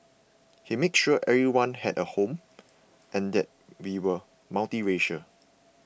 he made sure everyone had a home and that we were multiracial